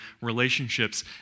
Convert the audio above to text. relationships